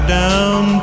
down